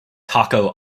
taco